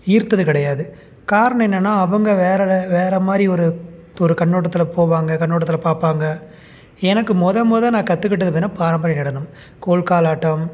ஈர்த்தது கிடையாது காரணம் என்னென்னா அவங்க வேறே லெ வேறே மாதிரி ஒரு ஒரு கண்ணோட்டத்தில் போவாங்க கண்ணோட்டத்தில் பார்ப்பாங்க எனக்கு முத முத நான் கத்துக்கிட்டது அப்படின்னா பாரம்பரிய நடனம் கோல்க்கால் ஆட்டம்